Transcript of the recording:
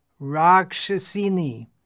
rakshasini